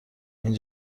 این